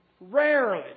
rarely